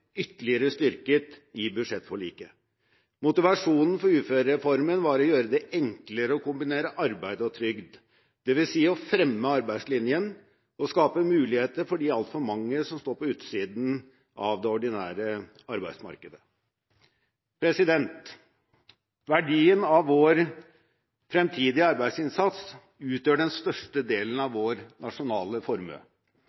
ytterligere styrket i budsjettforliket. Motivasjonen for uførereformen var å gjøre det enklere å kombinere arbeid og trygd, dvs. å fremme arbeidslinjen og skape muligheter for de altfor mange som står på utsiden av det ordinære arbeidsmarkedet. Verdien av vår fremtidige arbeidsinnsats utgjør den største delen av